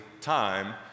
time